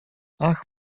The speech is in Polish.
ach